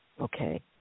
Okay